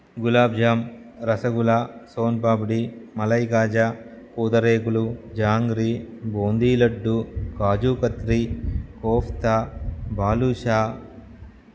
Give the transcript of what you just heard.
gulab jamun rasgulla soan papdi malai kaja pootharekulu jangri boondi laddu kaju katri kofta badusha